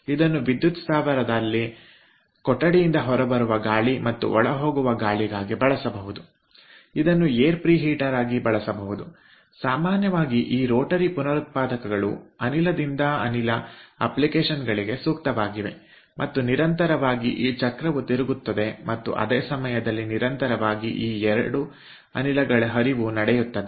ಇದನ್ನು ವಿದ್ಯುತ್ ಸ್ಥಾವರದಲ್ಲಿ ಕೊಠಡಿಯಿಂದ ಹೊರಬರುವ ಗಾಳಿ ಮತ್ತು ಒಳಹೋಗುವ ಗಾಳಿಗಾಗಿ ಬಳಸಬಹುದು ಇದನ್ನು ಏರ್ ಪ್ರಿಹೀಟರ್ ಆಗಿ ಬಳಸಬಹುದು ಸಾಮಾನ್ಯವಾಗಿ ಈ ರೋಟರಿ ಪುನರುತ್ಪಾದಕಗಳು ಅನಿಲದಿಂದ ಅನಿಲ ಅಪ್ಲಿಕೇಶನ್ಗಳಿಗೆ ಸೂಕ್ತವಾಗಿವೆ ಮತ್ತು ನಿರಂತರವಾಗಿ ಈ ಚಕ್ರವು ತಿರುಗುತ್ತದೆ ಮತ್ತು ಅದೇ ಸಮಯದಲ್ಲಿ ನಿರಂತರವಾಗಿ ಈ 2 ಅನಿಲಗಳ ಹರಿವು ನಡೆಯುತ್ತದೆ